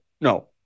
no